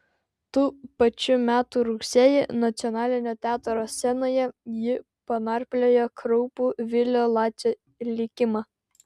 tų pačių metų rugsėjį nacionalinio teatro scenoje ji panarpliojo kraupų vilio lacio likimą